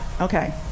okay